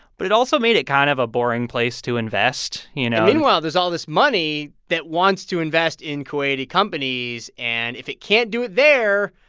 but it also made it kind of a boring place to invest, you know and meanwhile, there's all this money that wants to invest in kuwaiti companies. and if it can't do it there,